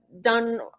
done